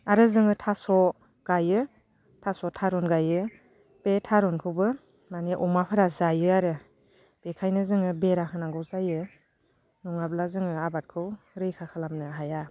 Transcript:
आरो जोङो थास' गायो थास' थारुन गायो बे थारुनखौबो माने अमाफोरा जायो आरो बेखायनो जोङो बेराहोनांगौ जायो नङाब्ला जोङो आबादखौ रैखा खालामनो हाया